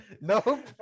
Nope